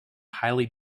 highly